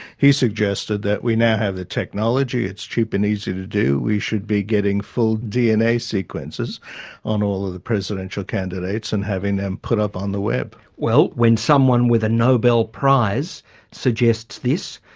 he suggested that we have the technology, it's cheap and easy to do, we should be getting full dna sequences on all of the presidential candidates and having them put up on the web. well, when someone with a nobel prize suggests this,